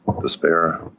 despair